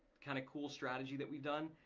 kinda cool strategy that we've done,